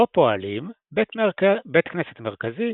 בו פועלים בית כנסת מרכזי,